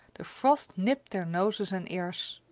the frost nipped their noses and ears.